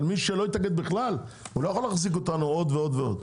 אבל מי שלא התאגד בכלל לא יכול להחזיק אותנו עוד ועוד.